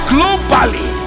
Globally